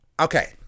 Okay